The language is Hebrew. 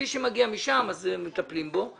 מי שמגיע משם, מטפלים בו.